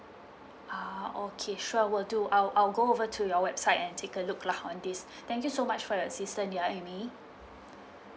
ah okay sure will do I'll I'll go over to your website and take a look lah on this thank you so much for your assistant ya amy